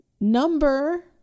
number